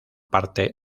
parte